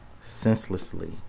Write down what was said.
senselessly